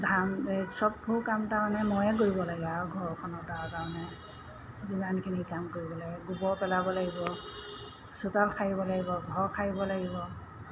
ধান এই চববোৰ কাম তাৰমানে ময়ে কৰিব লাগে আৰু ঘৰখনত তাৰ কাৰণে যিমানখিনি কাম কৰিব লাগে গোবৰ পেলাব লাগিব চোতাল সাৰিব লাগিব ঘৰ সাৰিব লাগিব